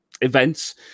events